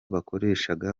bakoreshaga